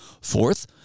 Fourth